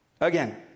Again